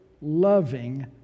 loving